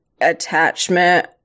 attachment